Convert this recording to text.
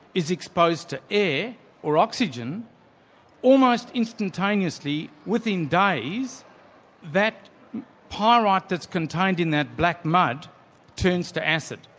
is exposed to air or oxygen almost instantaneously within days that pyrite that's contained in that black mud turns to acid.